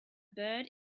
bird